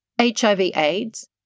HIV-AIDS